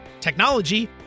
technology